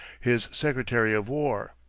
his secretary of war.